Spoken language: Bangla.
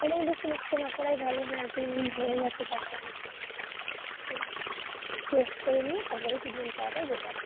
সময় বেশি নষ্ট না করাই ভালো হ্যাঁ তিন দিন হয়ে গেছে তার পরে ওই টেস্ট করিয়ে নিয়ে তার পরে ট্রিটমেন্ট করাটাই বেটার